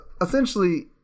essentially